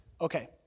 Okay